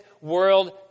world